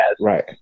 Right